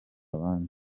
abandi